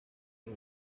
y’u